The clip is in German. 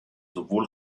sowohl